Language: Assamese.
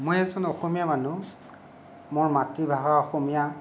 মই এজন অসমীয়া মানুহ মোৰ মাতৃভাষা অসমীয়া